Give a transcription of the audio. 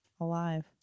alive